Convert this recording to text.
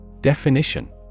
Definition